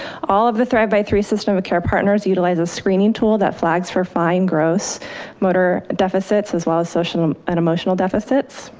all of the thrive by three system of care partners utilize a screening tool that flags for fine gross motor deficits as well as social and emotional deficits.